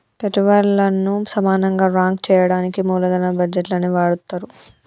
పెట్టుబల్లను సమానంగా రాంక్ చెయ్యడానికి మూలదన బడ్జేట్లని వాడతరు